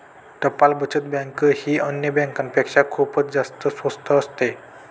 टपाल बचत बँक ही अन्य बँकांपेक्षा खूपच जास्त स्वस्त असते